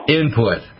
input